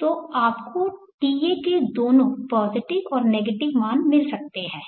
तो आपको ta के दोनों पॉजिटिव और नेगेटिव मान मिल सकते हैं